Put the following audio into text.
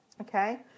Okay